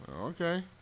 Okay